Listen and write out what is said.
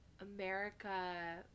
America